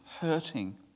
hurting